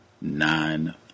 nine